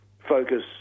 Focus